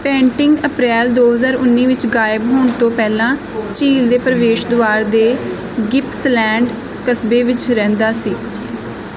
ਪੈਂਟਿਕ ਅਪ੍ਰੈਲ ਦੋ ਹਜ਼ਾਰ ਉੱਨੀ ਵਿੱਚ ਗਾਇਬ ਹੋਣ ਤੋਂ ਪਹਿਲਾਂ ਝੀਲ ਦੇ ਪ੍ਰਵੇਸ਼ ਦੁਆਰ ਦੇ ਗਿੱਪਸਲੈਂਡ ਕਸਬੇ ਵਿੱਚ ਰਹਿੰਦਾ ਸੀ